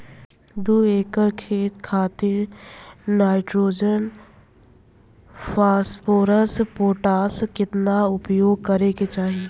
दू एकड़ खेत खातिर नाइट्रोजन फास्फोरस पोटाश केतना उपयोग करे के चाहीं?